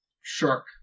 shark